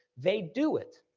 they do it.